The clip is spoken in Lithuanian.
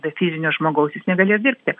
be fizinio žmogaus jis negalės dirbti